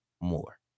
more